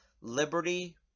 liberty